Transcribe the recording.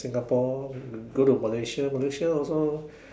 Singapore go to Malaysia Malaysia also